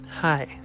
Hi